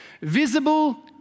visible